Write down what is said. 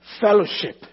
fellowship